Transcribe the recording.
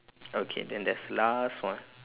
okay then there's last one